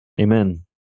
Amen